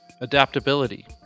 adaptability